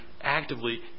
actively